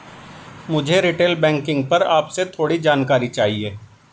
मुझे retail banking पर आपसे थोड़ी जानकारी चाहिए